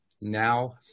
now